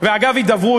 ואגב הידברות,